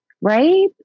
right